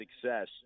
success